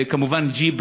כמובן עם ג'יפ,